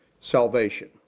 salvation